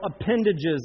appendages